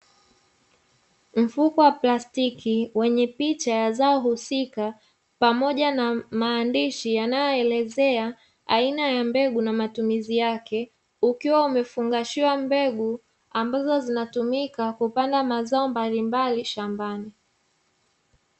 Mfuko wa plastiki wenye picha ya zao husika pamoja na maandishi yanayoelezea aina ya mbegu na matumizi yake, ukiwa umefungashiwa mbegu ambazo zinatumika kupanda mazao mbalimbali shambani.